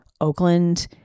Oakland